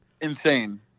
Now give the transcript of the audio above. Insane